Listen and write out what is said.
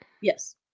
yes